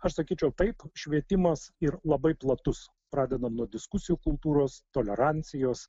aš sakyčiau taip švietimas ir labai platus pradedant nuo diskusijų kultūros tolerancijos